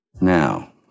Now